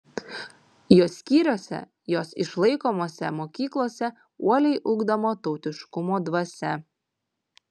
jos skyriuose jos išlaikomose mokyklose uoliai ugdoma tautiškumo dvasia